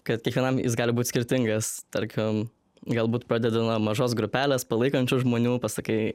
kad kiekvienam jis gali būt skirtingas tarkim galbūt padeda mažos grupelės palaikančių žmonių pasakai